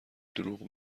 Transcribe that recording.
دروغ